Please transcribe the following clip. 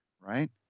right